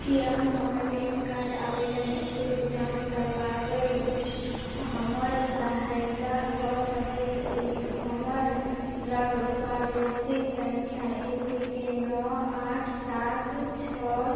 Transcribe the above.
कि अहाँ हमर पैन कार्ड आवेदन इस्थिति जाँच करबाबै हमर सहायता कऽ सकै छी हमरलग पावती सँख्या ए सी के नओ आठ सात छओ